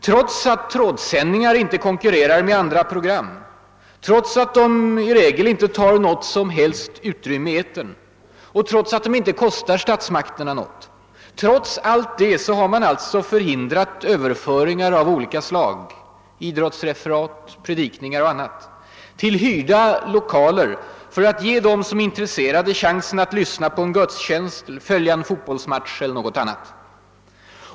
Trots att trådsändningar inte konkurrerar med andra program, trots att de i regel inte tar något som helst utrymme i etern och trots att de inte kostar statsmakterna någonting — trots allt det har man alltså förhindrat överföringar av olika slag till hyrda lokaler för att ge dem som är intresserade chansen att lyssna på en gudstjänst, följa en fotbollsmatch eller något annat.